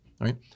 right